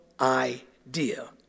idea